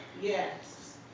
Yes